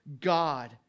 God